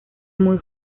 muy